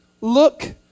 look